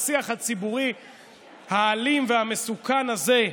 השיח הציבורי האלים והמסוכן הזה,